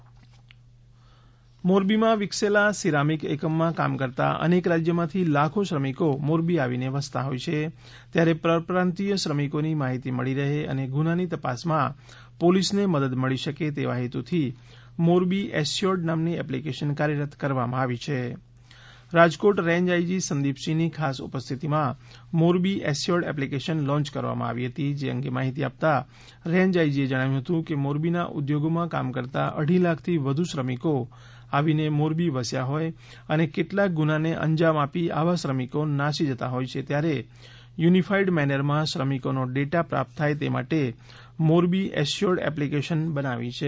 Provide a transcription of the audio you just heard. મોરબી મોરબીમાં વિકસેલા સિરામિક એકમોમાં કામ કરતા અનેક રાજ્યોમાંથી લાખો શ્રમિકો મોરબી આવીને વસતા હોય છે ત્યારે પરપ્રાંતીય શ્રમિકોની માહિતી મળી રહે અને ગુન્હાની તપાસમાં પોલીસને મદદ મળી શકે તેવા હેતુથી મોરબી એસ્યોર્ડ નામની એપ્લીકેશન કાર્યરત કરવામાં આવી છે રાજકોટ રેંજ આઈજી સંદીપસિંહની ખાસ ઉપસ્થિતિમાં મોરબી એસ્યોર્ડ એપ્લીકેશન લોન્ય કરવામાં આવી હતી જે અંગે માહિતી આપતા રેંજ આઈજીએ જણાવ્યું હતું કે મોરબીના ઉદ્યોગોમાં કામ કરતા અઢી લાખથી વધુ શ્રમિકો આવીને મોરબી વસ્યા હોય અને કેટલાક ગુન્હાને અંજામ આપી આવા શ્રમિકો નાસી જતા હોય છે ત્યારે યુનીફાઈડ મેનરમાં શ્રમિકોનો ડેટા પ્રાપ્ત થાય તે માટે મોરબી એસ્યોર્ડ એપ્લીકેશન બનાવી છે